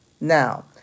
now